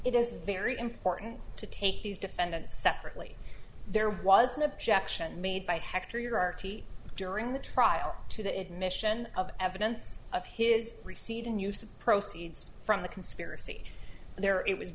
it is very important to take these defendants separately there was an objection made by hector your r t during the trial to the admission of evidence of his receipt and use of proceeds from the conspiracy there it was